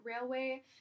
railway